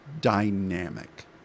dynamic